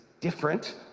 different